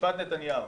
משפט נתניהו.